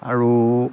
আৰু